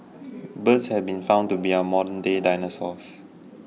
birds have been found to be our modernday dinosaurs